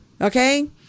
okay